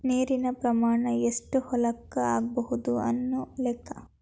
ನೇರಿನ ಪ್ರಮಾಣಾ ಎಷ್ಟ ಹೊಲಕ್ಕ ಆಗಬಹುದು ಅನ್ನು ಲೆಕ್ಕಾ